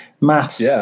maths